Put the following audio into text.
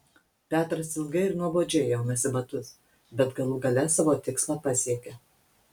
petras ilgai ir nuobodžiai aunasi batus bet galų gale savo tikslą pasiekia